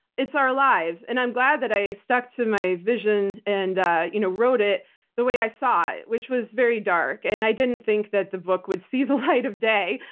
it's our lives. and i'm glad that i stuck to my vision and ah you know wrote it the way i saw it, which was very dark and i didn't think that the book would see the light of day.